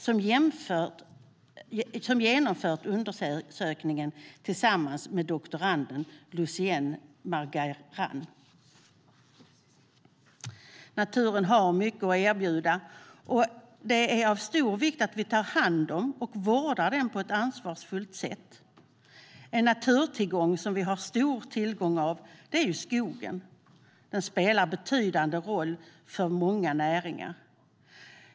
Han har genomfört undersökningen tillsammans med doktoranden Lusine Margaryan.Naturen har mycket att erbjuda, och det är av stor vikt att vi tar hand om och vårdar den på ett ansvarsfullt sätt. En naturtillgång som vi har gott om är skogen. Skogen spelar en betydande roll för många näringar.